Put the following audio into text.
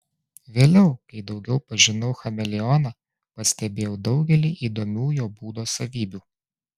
vėliau kai daugiau pažinau chameleoną pastebėjau daugelį įdomių jo būdo savybių